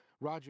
Roger